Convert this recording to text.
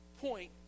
point